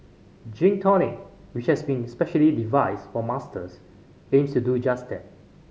Gym Tonic which has been specially devised for Masters aims to do just that